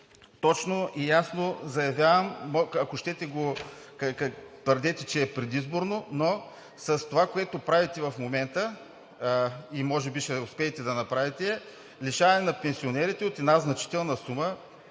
точно и ясно заявявам, ако щете, твърдете, че е предизборно, но това, което правите в момента и може би ще успеете да направите, е лишаване на пенсионерите от една значителна сума.